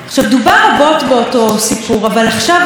אני רוצה לתת את ההדגשה שלו,